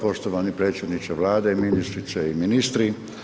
Poštovani predsjedniče Vlade, ministrice i ministri.